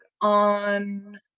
on